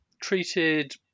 treated